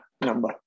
number